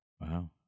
Wow